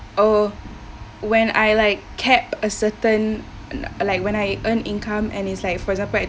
oh when I like cap a certain like like when I earn income and it's like for example like